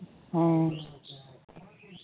ᱦᱮᱸ